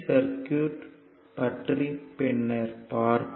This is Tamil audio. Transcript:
சர்க்யூட் பற்றி பின்னர் பார்ப்போம்